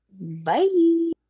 bye